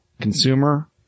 Consumer